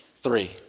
Three